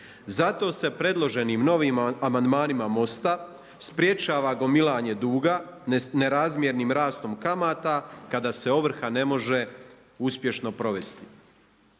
Zato se predloženim novim amandmanima MOST-a sprječava gomilanje duga, nerazmjernim rastom kamata kada se ovrha ne može uspješno provesti.